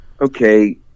Okay